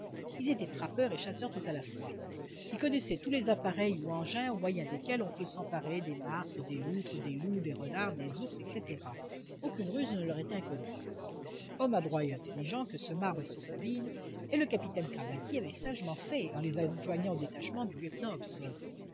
ils étaient trappeurs et chasseurs tout à la fois ils connaissaient tous les appareils ou engins au moyen desquels on peut s'emparer des martres des loutres des loups des renards des ours etc aucune ruse ne leur était inconnue hommes adroits et intelligents que ce marbre et ce sabine et le capitaine craventy avait sagement fait en les adjoignant au détachement du lieutenant